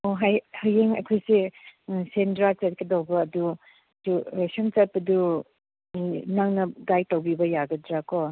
ꯑꯣ ꯍꯌꯦꯡ ꯑꯩꯈꯣꯏꯁꯦ ꯁꯦꯟꯗ꯭ꯔꯥ ꯆꯠꯀꯗꯧꯕ ꯑꯗꯨ ꯁꯨꯝ ꯆꯠꯄꯗꯨ ꯅꯪꯅ ꯒꯥꯏꯗ ꯇꯧꯕꯤꯕ ꯌꯥꯒꯗ꯭ꯔꯥꯀꯣ